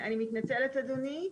מתנצלת אדוני.